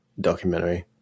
documentary